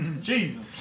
Jesus